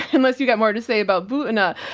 unless you got more to say about butina,